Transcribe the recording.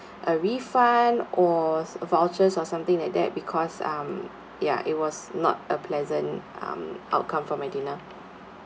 a refund or vouchers or something like that because um ya it was not a pleasant um outcome for my dinner